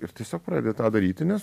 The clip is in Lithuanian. ir tiesiog pradedi tą daryti nes